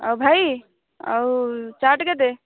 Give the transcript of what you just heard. ଆଉ ଭାଇ ଆଉ ଚାଟ୍ କେତେ